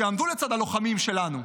שיעמדו לצד הלוחמים שלנו.